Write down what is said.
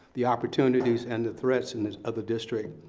the opportunities, and the threats and of the district.